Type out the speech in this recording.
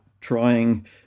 trying